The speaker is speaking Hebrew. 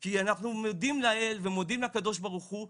כי אנחנו מודים לאל ומודים לקדוש ברוך הוא,